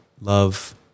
love